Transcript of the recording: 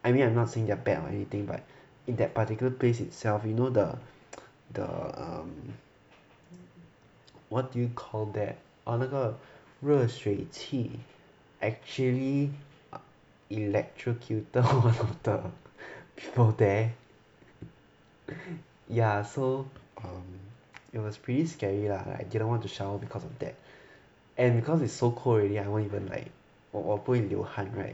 I mean I'm not saying they're bad or anything but in that particular place itself you know the the um what do you call that err 那个热水器 actually electrocuted one of the people there ya so um it was pretty scary lah like I didn't want to shower because of that and because it's so cold already I won't even like 我不会流汗 [right]